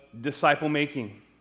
disciple-making